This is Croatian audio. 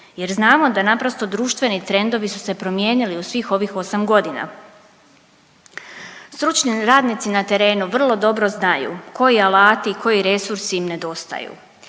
jer znamo da naprosto društveni trendovi su se promijenili u svih ovih osam godina? Stručni radnici na terenu vrlo dobro znaju koji alati i koji resursi im nedostaju,